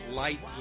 light